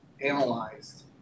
analyzed